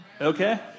Okay